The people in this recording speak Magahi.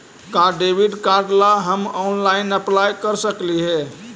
का डेबिट कार्ड ला हम ऑनलाइन अप्लाई कर सकली हे?